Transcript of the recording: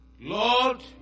Lord